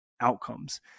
outcomes